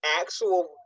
actual